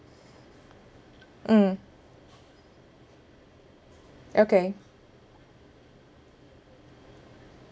mm okay